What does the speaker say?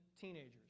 teenagers